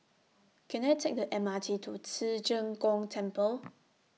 Can I Take The M R T to Ci Zheng Gong Temple